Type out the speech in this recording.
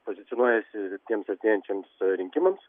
pozicionuojasi tiems artėjančiams rinkimams